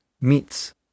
meets